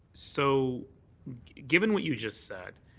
so given what you just said,